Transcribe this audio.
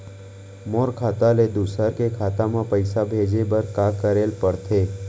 मोर खाता ले दूसर के खाता म पइसा भेजे बर का करेल पढ़थे?